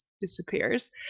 disappears